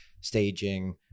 staging